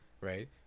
Right